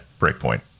breakpoint